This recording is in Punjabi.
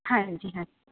ਹਾਂਜੀ ਹਾਂਜੀ